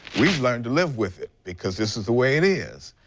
we learned to live with it because this is the way it is.